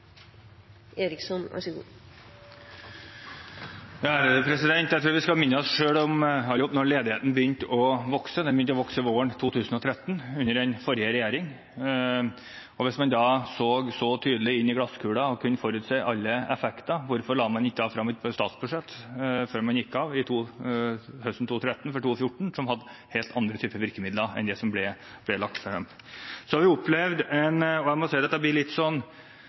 Jeg tror vi skal minne hverandre på når ledigheten begynte å vokse. Den begynte å vokse våren 2013, under den forrige regjeringen. Hvis man da så så tydelig inn i glasskulen og kunne forutse alle effekter, hvorfor la man da ikke frem et statsbudsjett for 2014 høsten 2013, før man gikk av, som hadde helt andre virkemidler enn dem som ble lagt frem? Jeg blir litt i stuss over denne debatten, over de kraftfulle ord og uttrykk som blir brukt om at